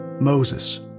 Moses